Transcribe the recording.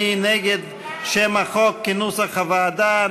מי נגד שם החוק כנוסח הוועדה?